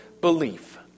belief